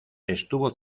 estuvo